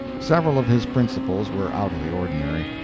several of his principles were out of the ordinary.